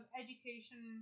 education